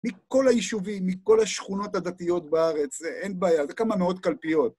מכל היישובים, מכל השכונות הדתיות בארץ, אין בעיה, זה כמה מאוד קלפיות.